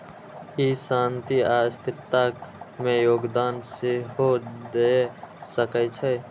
ई शांति आ स्थिरता मे योगदान सेहो दए सकै छै